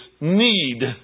need